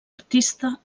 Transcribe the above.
artista